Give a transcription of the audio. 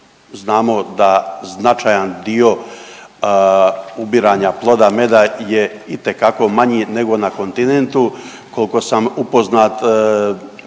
znamo da značajan dio ubiranja ploda meda je itekako manji nego na kontinentu. Koliko sam upoznat